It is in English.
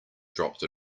dropped